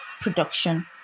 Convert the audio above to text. production